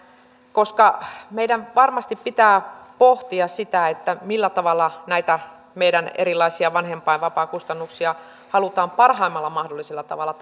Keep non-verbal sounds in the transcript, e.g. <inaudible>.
että meidän varmasti pitää pohtia sitä millä tavalla näitä meidän erilaisia vanhempainvapaakustannuksia halutaan parhaimmalla mahdollisella tavalla <unintelligible>